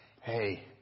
hey